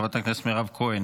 חברת הכנסת מירב כהן,